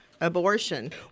abortion